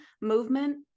movement